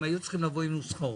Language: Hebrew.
הם היו צריכים לבוא עם נוסחות,